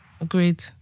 agreed